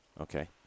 Okay